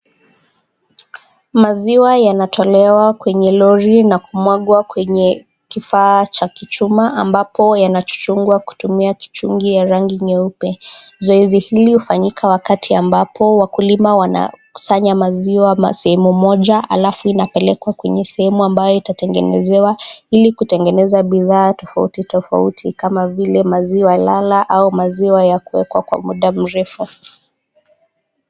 Maziwa yanatolewa kwenye lori na kumwagwa kwenye kifaa cha kichuma ambapo yanachuchungwa kutumia kijungi ya rangi nyeupe. Zoezi hili hufanyika wakati ambapo wakulima wanasanya maziwa ama sehemu moja alafu inapelekwa kwenye sehemu ambayo itatengenewa ili kutengeneza bidhaa tofauti tofauti kama vile maziwa lala au maziwa ya kuwekwa kwa muda mrefu.